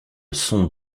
son